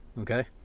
okay